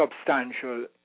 substantial